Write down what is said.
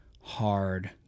hard